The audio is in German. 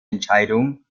entscheidung